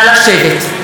נא לשבת.